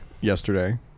yesterday